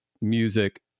music